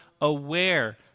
aware